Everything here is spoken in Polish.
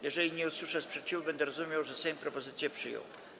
Jeżeli nie usłyszę sprzeciwu, będę rozumiał, że Sejm propozycje przyjął.